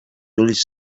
ulls